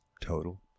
total